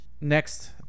next